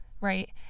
right